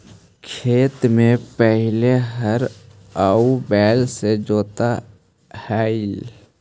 खेत में पहिले हर आउ बैल से जोताऽ हलई